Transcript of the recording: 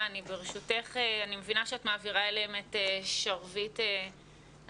אני מבינה שאת מעבירה אליהם את שרביט הדיבור.